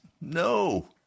no